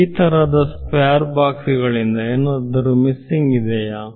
ಈ ತರಹದ square box ಗಳಿಂದ ಏನಾದರೂ ಮಿಸ್ಸಿಂಗ್ ಇದೆಯಾ